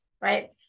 Right